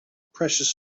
precious